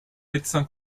médecin